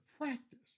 practice